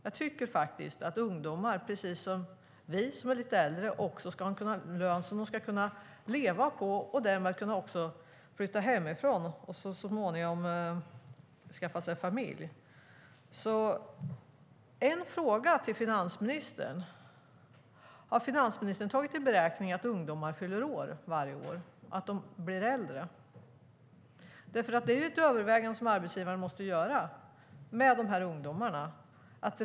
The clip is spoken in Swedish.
Jag tycker att ungdomar ska kunna ha en lön som de kan leva på, precis som vi som är lite äldre. Därmed kan de också flytta hemifrån och så småningom bilda familj. Jag har en fråga till finansministern. Har finansministern tagit i beräkning att ungdomar fyller år varje år och blir äldre? Det är ett övervägande som arbetsgivaren måste göra med de här ungdomarna.